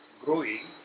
growing